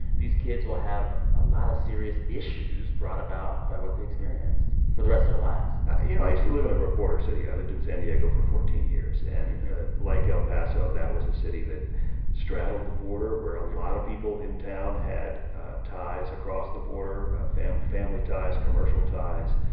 these kids will have a lot of serious issues brought about by what they experienced, for the rest of their lives you know, i used to live in a border city. i lived in san diego for fourteen years. and like el paso, that was a city that straddled the border, where a lot of people in town had ties across the border family family ties, commercial ties.